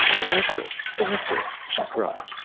faster, faster she cried,